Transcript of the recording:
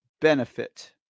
benefit